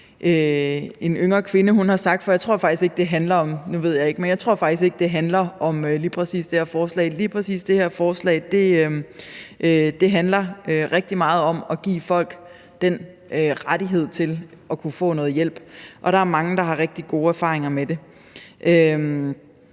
en yngre kvinde har sagt, for jeg tror faktisk ikke, det her forslag handler om det. Lige præcis det her forslag handler rigtig meget at give folk rettighed til at kunne få noget hjælp, og der er mange, der har rigtig gode erfaringer med det.